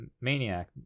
maniac